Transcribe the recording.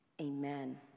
Amen